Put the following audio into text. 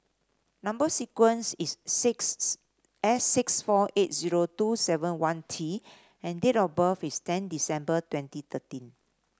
number sequence is sixth S six four eight zero two seven one T and date of birth is ten December twenty thirteen